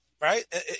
right